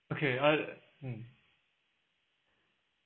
okay I mm